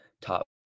top